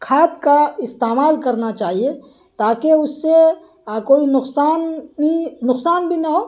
کھاد کا استعمال کرنا چاہیے تاکہ اس سے کوئی نقصان نقصان بھی نہ ہو